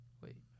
Wait